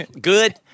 Good